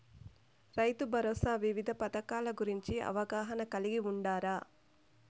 రైతుభరోసా వివిధ పథకాల గురించి అవగాహన కలిగి వుండారా?